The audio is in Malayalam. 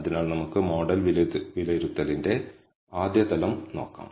അതിനാൽ നമുക്ക് മോഡൽ വിലയിരുത്തലിന്റെ ആദ്യ തലം നോക്കാം